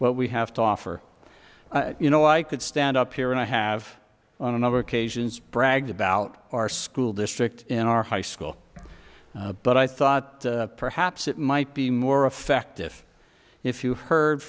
what we have to offer you know i could stand up here and i have on a number of occasions brag about our school district in our high school but i thought perhaps it might be more effective if you heard